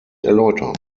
erläutern